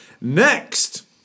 Next